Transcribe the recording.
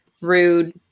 rude